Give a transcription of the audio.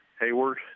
Hayward